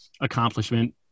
accomplishment